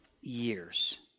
years